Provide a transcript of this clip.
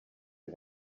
you